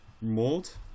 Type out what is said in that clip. mold